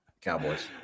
Cowboys